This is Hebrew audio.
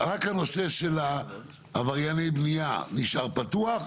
רק הנושא של עברייני בנייה נשאר פתוח.